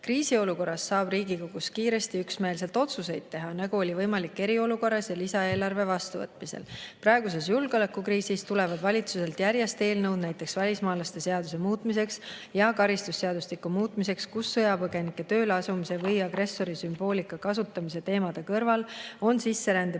Kriisiolukorras saab riigikogus kiiresti ja üksmeelselt otsuseid teha, nagu oli võimalik eriolukorras ja lisaeelarve vastuvõtmisel. Praeguses julgeolekukriisis tulevad valitsuselt järjest eelnõud, näiteks välismaalaste seaduse muutmiseks ja karistusseadustiku muutmiseks, kus sõjapõgenike tööle asumise või agressori sümboolika kasutamise teemade kõrval on sisserände põhimõtete